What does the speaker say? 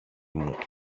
μου